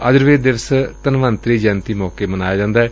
ਆਯੁਰਵੇਦ ਦਿਵਸ ਧਨਾਵੰਤਰੀ ਜਯੰਤੀ ਮੌਕੇ ਮਨਾਇਆ ਜਾਂਦੈ